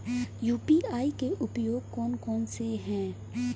UPI के उपयोग कौन कौन से हैं?